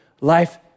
life